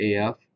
AF